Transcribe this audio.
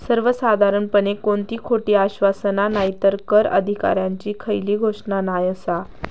सर्वसाधारणपणे कोणती खोटी आश्वासना नायतर कर अधिकाऱ्यांची खयली घोषणा नाय आसा